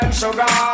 sugar